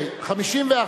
בשביל מה אני, סעיף 2,